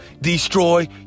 destroy